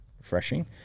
refreshing